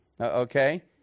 Okay